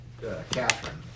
Catherine